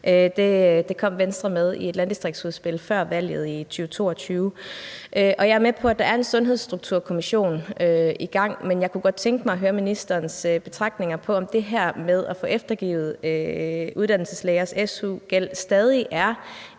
Det kom Venstre med i et landdistriktsudspil før valget i 2022, og jeg er med på, at der er en Sundhedsstrukturkommission i gang. Men jeg kunne godt tænke mig at høre ministerens betragtninger om, om det her med at få eftergivet uddannelseslægers su-gæld stadig er